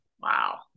Wow